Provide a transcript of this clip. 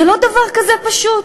זה לא דבר כזה פשוט,